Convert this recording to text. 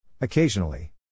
Occasionally